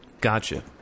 Gotcha